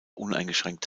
uneingeschränkt